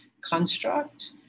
construct